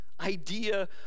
idea